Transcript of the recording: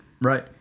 Right